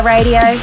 Radio